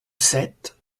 sept